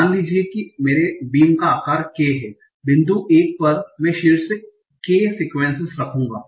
मान लीजिए कि मेरे बीम का आकार k है बिंदु 1 पर मैं शीर्ष k सीक्वेंसेस रखूंगा